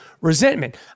resentment